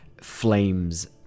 flames